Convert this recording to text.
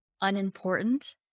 unimportant